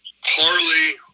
Harley